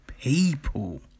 people